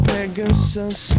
Pegasus